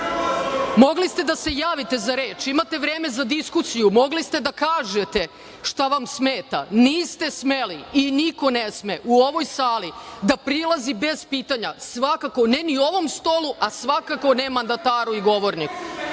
Mogli ste da se javite za reč. Imate vreme za diskusiju, mogli ste da kažete šta vam smeta. Niste smeli i niko ne sme u ovoj sali da prilazi bez pitanja, ne ni ovom stolu, a svakako ne mandataru i govorniku. Meni